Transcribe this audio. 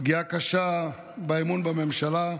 פגיעה קשה באמון בממשלה,